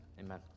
Amen